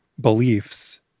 beliefs